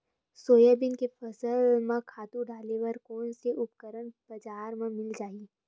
Soybean के फसल म खातु डाले बर कोन से उपकरण बजार म मिल जाहि?